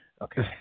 okay